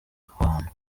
hantu